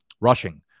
Rushing